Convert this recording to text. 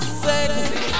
sexy